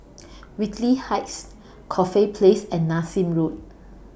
Whitley Heights Corfe Place and Nassim Road